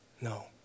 No